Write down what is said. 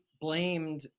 blamed